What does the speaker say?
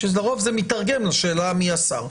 שלרוב זה מיתרגם לשאלה מי השר.